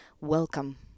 welcome